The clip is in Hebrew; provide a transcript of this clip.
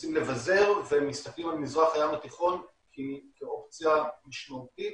מנסים לבזר ומסתכלים על מזרח הים התיכון כאופציה משמעותית